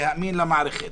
להאמין למערכת?